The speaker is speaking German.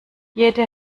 jede